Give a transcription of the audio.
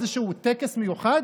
איזשהו טקס מיוחד?